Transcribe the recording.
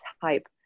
type